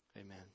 Amen